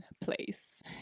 Place